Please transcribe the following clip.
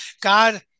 God